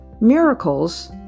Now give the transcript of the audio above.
Miracles